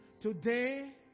Today